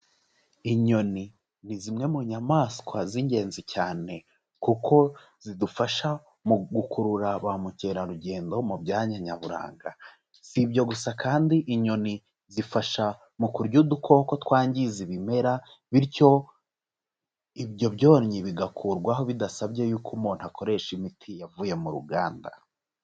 Inyoni ni zimwe mu nyamaswa z'ingenzi cyane kuko zidufasha mu gukurura ba mukerarugendo mu byanya nyaburanga, sibyo gusa kandi inyoni zifasha mu kurya udukoko twangiza ibimera bityo ibyo byonnyi bigakurwaho bidasabye y'uko umuntu akoresha imiti yavuye mu ruganda.